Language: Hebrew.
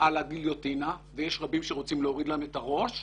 על הגיליוטינה ויש הרבה שרוצים להוריד להם את הראש,